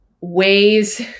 ways